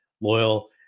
loyal